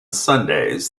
sundays